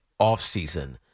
offseason